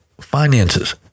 finances